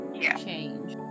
change